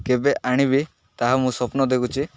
କେବେ ଆଣିବି ତାହା ମୁଁ ସ୍ୱପ୍ନ ଦେଖୁଛି